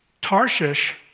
Tarshish